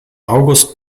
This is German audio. august